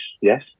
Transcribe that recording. Yes